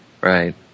Right